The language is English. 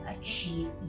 achieve